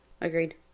agreed